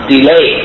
delay